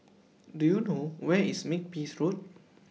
Do YOU know Where IS Makepeace Road